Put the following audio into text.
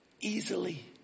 easily